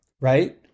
right